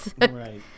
Right